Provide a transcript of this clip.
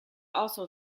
also